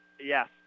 yes